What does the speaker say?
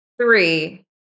Three